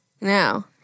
No